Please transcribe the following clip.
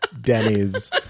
Denny's